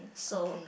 so